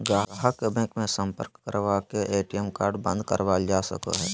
गाहक के बैंक मे सम्पर्क करवा के ए.टी.एम कार्ड बंद करावल जा सको हय